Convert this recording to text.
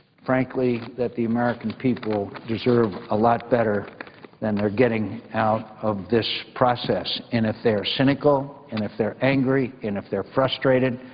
frankly, that the american people deserve a lot better than they're getting out of this process. and if they're cynical and if they're angry and if they're frustrated,